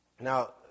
Now